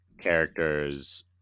characters